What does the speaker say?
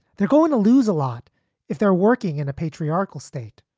they're going to lose a lot if they're working in a patriarchal state.